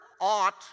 ought